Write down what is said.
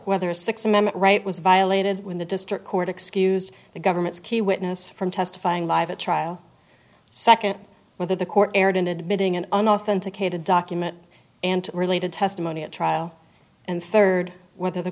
whether a sixth amendment right was violated when the district court excused the government's key witness from testifying live a trial second whether the court erred in admitting in an authenticated document and related testimony at trial and third whether the